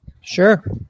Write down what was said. Sure